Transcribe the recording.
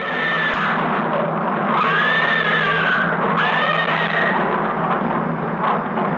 are